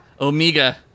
Omega